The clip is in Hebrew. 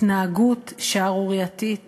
התנהגות שערורייתית